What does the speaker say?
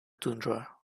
tundra